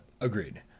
Agreed